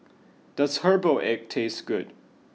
does Herbal Egg taste good